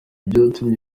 byatumye